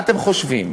מה אתם חושבים